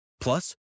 Plus